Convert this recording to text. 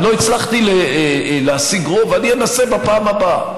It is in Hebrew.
אם לא הצלחתי להשיג רוב, אני אנסה בפעם הבאה.